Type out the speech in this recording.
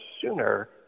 sooner